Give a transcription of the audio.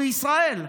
בישראל.